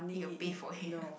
need to pay for him